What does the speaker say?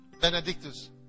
Benedictus